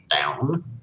down